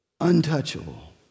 untouchable